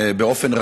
באופן רגוע: